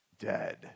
dead